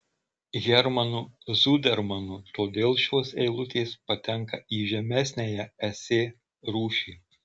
hermanu zudermanu todėl šios eilutės patenka į žemesniąją esė rūšį